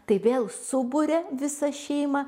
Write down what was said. tai vėl suburia visą šeimą